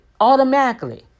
automatically